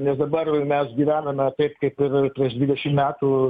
nes dabar mes gyvename taip kaip ir prieš dvidešimt metų